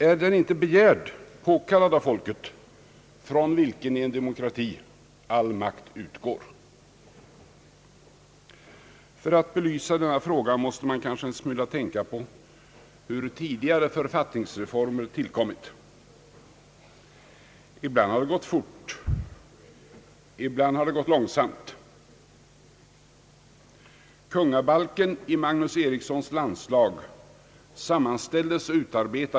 Är den inte begärd, påkallad av folket, från vilket i en demokrati all makt utgår? För att belysa denna fråga måste man en smula tänka på hur tidigare författningsreformer tillkommit. Ibland har det gått fort, ibland har det gått långsamt.